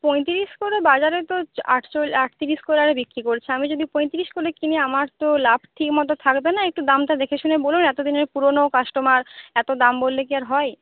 পঁয়তিরিশ করে বাজারে তো আটতিরিশ করে বিক্রি করছে আমি যদি পঁয়তিরিশ করে কিনি আমার তো লাভ ঠিকমতো থাকবে না একটু দামটা দেখে শুনে বলুন এতদিনের পুরনো কাস্টমার এত দাম বললে কি আর হয়